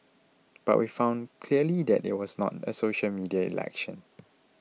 but we've found clearly that it was not a social media election